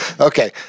Okay